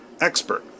expert